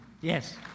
Yes